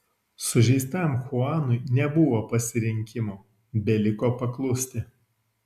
sužeistam chuanui nebuvo pasirinkimo beliko paklusti